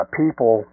people